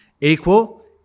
equal